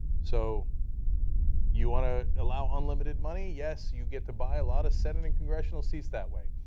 so you want to allow unlimited money? yes, you get to buy a lot of senate and congressional seats that way.